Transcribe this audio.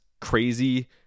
crazy